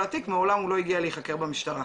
התיק מעולם הוא לא הגיע להיחקר במשטרה,